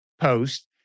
post